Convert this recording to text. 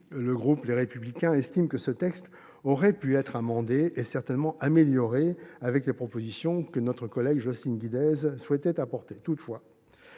le groupe Les Républicains estime que ce texte aurait pu être amendé et certainement amélioré avec les précisions que notre collègue Jocelyne Guidez souhaitait apporter.